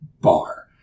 bar